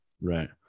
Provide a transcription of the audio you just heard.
Right